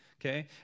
Okay